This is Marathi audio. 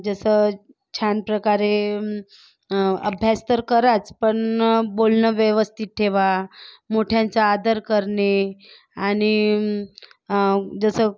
जसं छान प्रकारे अभ्यास तर कराच पन बोलणं व्यवस्थित ठेवा मोठ्यांचा आदर करणे आणि जसं